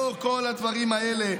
לאור כל הדברים האלה,